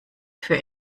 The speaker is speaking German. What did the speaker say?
für